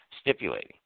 stipulating